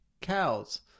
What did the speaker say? cows